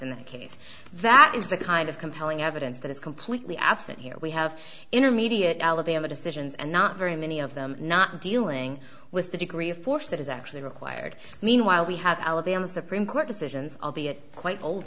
kids that is the kind of compelling evidence that is completely absent here we have intermediate alabama decisions and not very many of them not dealing with the degree of force that is actually required meanwhile we have alabama supreme court decisions all the quite old